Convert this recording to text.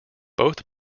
both